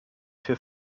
für